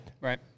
Right